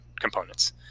components